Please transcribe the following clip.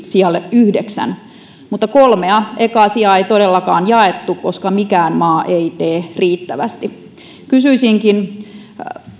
sijalle yhdeksän mutta kolmea ekaa sijaa ei todellakaan jaettu koska mikään maa ei tee riittävästi kysyisinkin